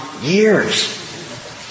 years